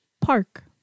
Park